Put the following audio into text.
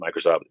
Microsoft